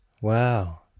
Wow